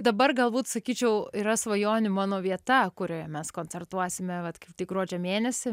dabar galbūt sakyčiau yra svajonių mano vieta kurioje mes koncertuosime vat kaip tik gruodžio mėnesį